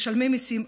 משלמי מיסים,